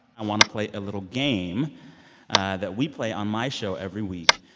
i want to play a little game that we play on my show every week.